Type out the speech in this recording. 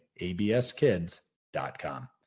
abskids.com